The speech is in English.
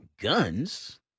guns